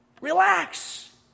Relax